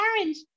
orange